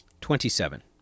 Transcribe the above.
Twenty-Seven